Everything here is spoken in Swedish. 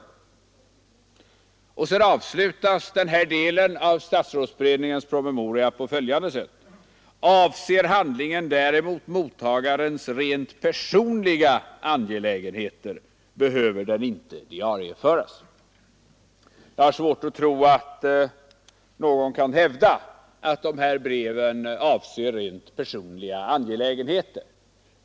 Om handlingen däremot, påpekar man i promemorian, ”avser mottagarens rent personliga angelägenheter”, behöver den inte diarieföras. Jag har svårt att tro att någon kan hävda att de här breven avser rent personliga angelägenheter.